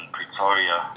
Pretoria